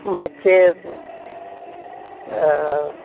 बच्चे अ